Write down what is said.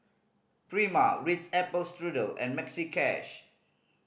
Prima Ritz Apple Strudel and Maxi Cash